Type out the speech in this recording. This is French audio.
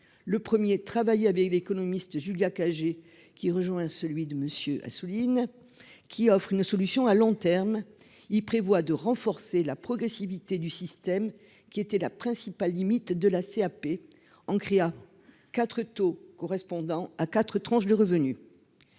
le 1er travailler avec l'économiste Julia KG qui rejoint celui de monsieur Assouline qui offre une solution à long terme, il prévoit de renforcer la progressivité du système qui était la principale limite de la C. P. en cria 4 taux correspondant à 4 tranches de revenus